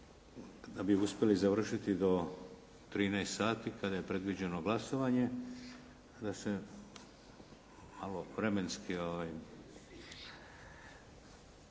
da bi uspjeli završiti do 13,00 sati kada je predviđeno glasovanje da se vremenski